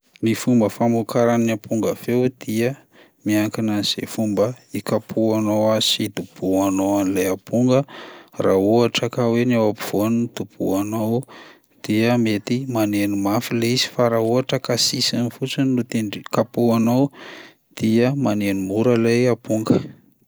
Ny fomba famokaran'ny amponga feo dia miankina an'izay fomba hikapohanao azy sy hidobohanao an'ilay amponga, raha ohatra ka hoe ny ao ampovoany no dobohanao dia mety maneno mafy lay izy fa raha ka sisiny fotsiny no tendre- kapohanao dia maneno mora lay amponga.